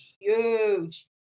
huge